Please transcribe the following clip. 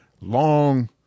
long